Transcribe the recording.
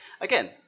again